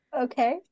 okay